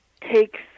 takes